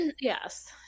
Yes